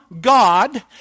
God